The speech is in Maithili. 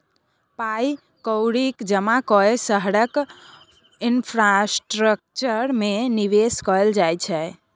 पाइ कौड़ीक जमा कए शहरक इंफ्रास्ट्रक्चर मे निबेश कयल जाइ छै